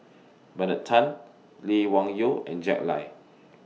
Bernard Tan Lee Wung Yew and Jack Lai